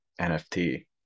NFT